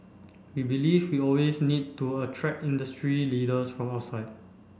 we believe we'll always need to attract industry leaders from outside